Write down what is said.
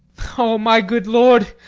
o my good lord,